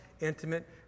intimate